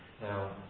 Now